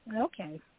Okay